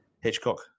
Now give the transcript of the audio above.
Hitchcock